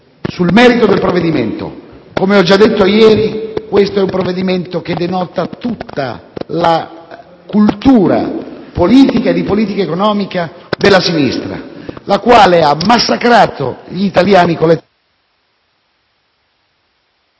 Sul merito, come ho già detto ieri, questo è un provvedimento che denota tutta la cultura politica e di politica economica della sinistra, la quale ha massacrato gli italiani raccontando